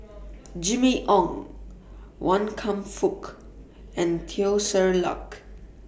Jimmy Ong Wan Kam Fook and Teo Ser Luck